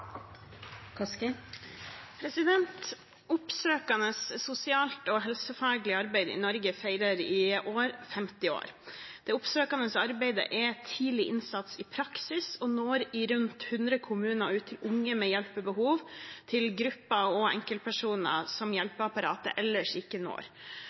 sosialt- og helsefaglig arbeid i Norge feirer i 2019 50 år. Det oppsøkende arbeidet er tidlig innsats i praksis og når i rundt 100 kommuner ut til unge med hjelpebehov, til grupper og enkeltpersoner som hjelpeapparatet ellers ikke når.